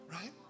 right